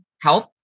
help